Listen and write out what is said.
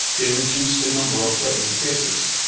they reduced the number of threatening faces,